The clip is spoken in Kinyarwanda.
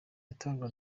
itorwa